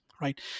right